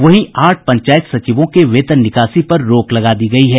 वहीं आठ पंचायत सचिवों के वेतन निकासी पर रोक लगा दी गयी है